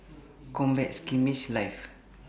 Combat Skirmish Live